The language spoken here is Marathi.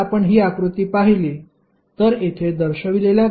जर आपण ही आकृती पाहिली तर येथे दर्शवलेल्या